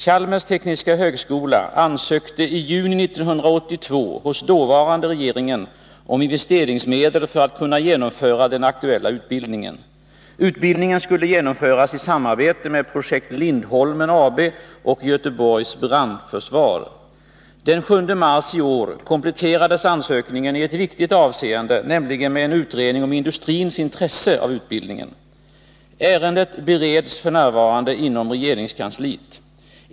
Chalmers Tekniska Högskola ansökte i juni 1982 hos den dåvarande regeringen om investeringsmedel för att kunna genomföra den aktuella utbildningen. Utbildningen skulle genomföras i samarbete med Projekt Lindholmen AB och Göteborgs Brandförsvar. Den 7 mars i år kompletterades ansökningen i ett viktigt avseende, nämligen med en utredning om industrins intresse av utbildningen. Ärendet bereds f. n. inom regeringskansliet.